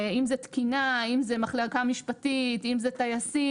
אם זה תקינה, אם זה מחלקה משפטית, אם זה טייסים.